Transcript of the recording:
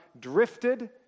drifted